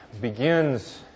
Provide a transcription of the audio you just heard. begins